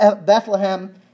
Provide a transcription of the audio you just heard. Bethlehem